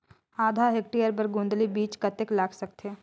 आधा हेक्टेयर बर गोंदली बीच कतेक लाग सकथे?